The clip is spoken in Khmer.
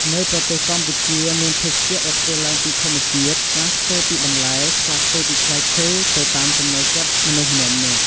នៅប្រទេសកម្ពុជាមានភេសជ្ជៈ ដែលធ្វើឡើងពីធម្មជាតិ ខ្លះធ្វើពីបន្លែ ខ្លះធ្វើពីផ្លែឈើ ទៅតាមចំណូលចិត្តមនុស្សម្នាក់ៗ។